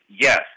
Yes